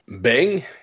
bing